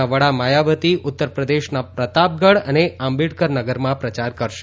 ના વડા માયાવતી ઉત્તરપ્રદેશના પ્રતાપગઢ અને આંબેડકરનગરમાં પ્રચાર કરશે